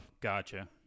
Gotcha